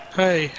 hey